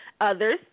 others